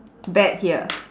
bet here